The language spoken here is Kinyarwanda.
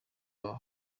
muri